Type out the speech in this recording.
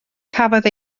cafodd